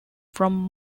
from